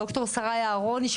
ד"ר שרי אהרוני,